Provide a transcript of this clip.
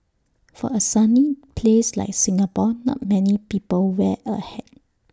for A sunny place like Singapore not many people wear A hat